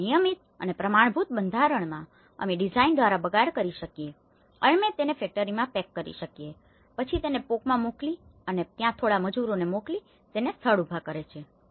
તેથી નિયમિત અને પ્રમાણભૂત બંધારણમાં અમે ડિઝાઇન દ્વારા બગાડ ઘટાડી શકીએ અને અમે તેને ફેક્ટરીમાંથી પેક કરીએ પછી તેને POK માં મોકલીએ અને તે પછી અમે ત્યાં થોડા મજૂરોને મોકલીએ અને તેઓ તેને સ્થળ પર ઉભા કરે છે